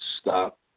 stop